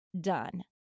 done